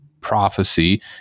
prophecy